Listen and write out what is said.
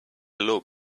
look